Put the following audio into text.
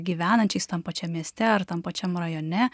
gyvenančiais tam pačiam mieste ar tam pačiam rajone